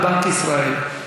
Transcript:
בבנק ישראל.